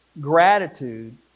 gratitude